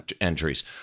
entries